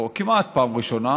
או כמעט פעם ראשונה,